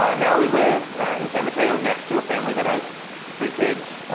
ah now we live in san mateo next to a family that has three kids,